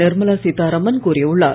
நிர்மலா சீத்தாராமன் கூறியுள்ளார்